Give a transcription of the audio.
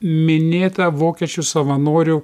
minėta vokiečių savanorių